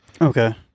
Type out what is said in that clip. Okay